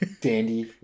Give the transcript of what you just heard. Dandy